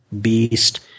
Beast